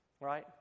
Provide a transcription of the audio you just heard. Right